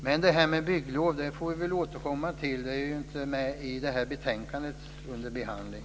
Vi får återkomma till frågan om bygglov. Den är inte med i det betänkande som är under behandling.